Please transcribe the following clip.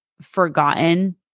forgotten